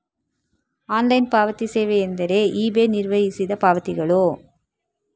online ಪಾವತಿ ಸೇವೆಯೆಂದರೆ eBay ನಿರ್ವಹಿಸಿದ ಪಾವತಿಗಳು